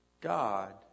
God